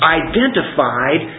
identified